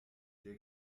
der